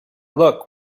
look